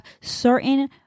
certain